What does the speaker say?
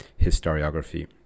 historiography